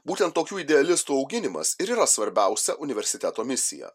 būtent tokių idealistų auginimas ir yra svarbiausia universiteto misija